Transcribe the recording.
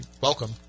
welcome